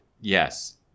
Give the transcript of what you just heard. Yes